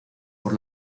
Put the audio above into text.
por